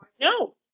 No